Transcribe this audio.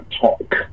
talk